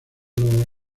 los